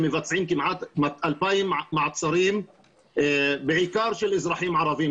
מבצעים כמעט 2,000 מעצרים בעיקר של אזרחים ערבים.